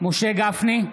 משה גפני,